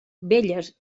velles